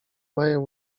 mają